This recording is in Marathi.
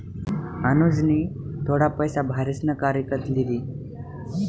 अनुजनी थोडा पैसा भारीसन कार इकत लिदी